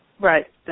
Right